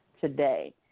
today